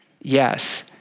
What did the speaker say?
yes